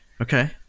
Okay